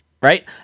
Right